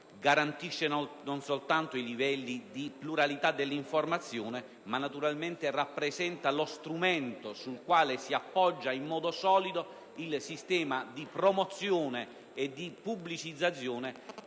garantisce non soltanto i livelli di pluralità dell'informazione ma naturalmente rappresenta lo strumento sul quale si appoggia in modo solido il sistema di promozione e di pubblicizzazione